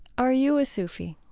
are you a sufi?